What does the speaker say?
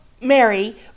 Mary